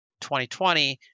2020